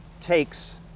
takes